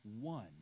one